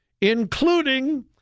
including